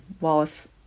Wallace